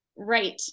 right